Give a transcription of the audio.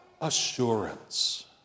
assurance